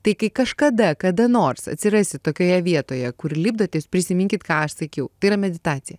tai kai kažkada kada nors atsirasit tokioje vietoje kur lipdo tai jūs prisiminkit ką aš sakiau tai yra meditacija